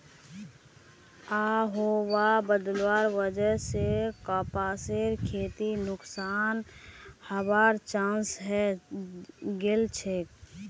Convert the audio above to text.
आबोहवा बदलवार वजह स कपासेर खेती नुकसान हबार चांस हैं गेलछेक